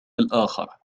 الآخر